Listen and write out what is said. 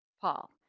paul